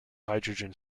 hydrogen